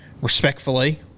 respectfully